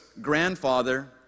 grandfather